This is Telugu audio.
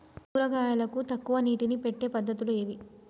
కూరగాయలకు తక్కువ నీటిని పెట్టే పద్దతులు ఏవి?